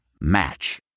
Match